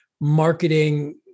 marketing